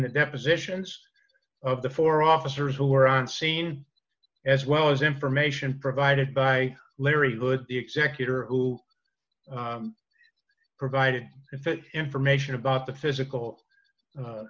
the depositions of the four officers who were on scene as well as information provided by larry good the executor who provided that information about the physical